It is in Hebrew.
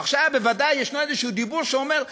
עכשיו בוודאי יש איזה דיבור שאומר: